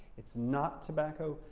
it's not tobacco,